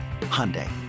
Hyundai